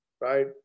right